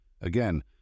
Again